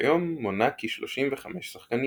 וכיום מונה כ-35 שחקניות.